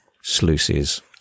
sluices